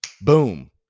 boom